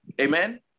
Amen